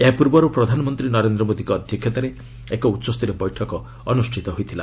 ଏହା ପ୍ରର୍ବର୍ ପ୍ରଧାନମନ୍ତ୍ରୀ ନରେନ୍ଦ୍ର ମୋଦିଙ୍କ ଅଧ୍ୟକ୍ଷତାରେ ଏକ ଉଚ୍ଚସ୍ତରୀୟ ବୈଠକ ଅନୁଷ୍ଠିତ ହୋଇଥିଲା